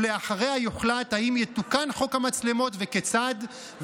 ואחריה יוחלט אם יתוקן חוק המצלמות וכיצד,